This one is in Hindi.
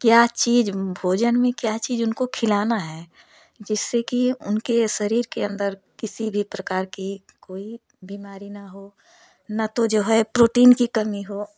क्या चीज भोजन में क्या चीज उनको खिलाना है जिससे कि उनके शरीर के अंदर किसी भी प्रकार की कोई बीमारी न हो न तो जो है प्रोटीन की कमी हो